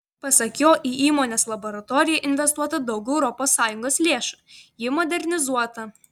pasak jo į įmonės laboratoriją investuota daug europos sąjungos lėšų ji modernizuota